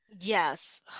Yes